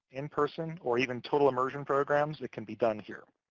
in person, or even total immersion programs, it can be done here.